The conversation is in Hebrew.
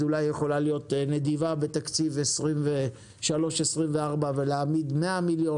אז אולי היא יכולה להיות נדיבה בתקציב 23'-24' ולהעמיד 100 מיליון